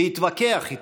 להתווכח איתם,